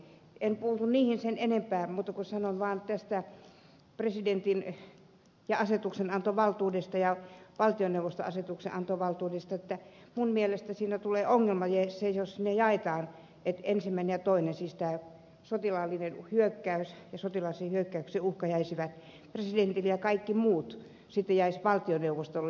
en puutu niihin sen enempää sanon vaan tästä presidentin asetuksenantovaltuudesta ja valtioneuvoston asetuksenantovaltuudesta että minun mielestäni siinä tulee ongelma jos ne jaetaan niin että ensimmäinen ja toinen siis tämä sotilaallinen hyökkäys ja sotilaallisen hyökkäyksen uhka jäisivät presidentille ja kaikki muut sitten jäisivät valtioneuvostolle